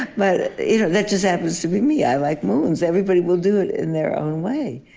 but you know that just happens to be me. i like moons. everybody will do it in their own way.